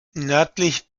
nördlich